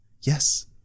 Yes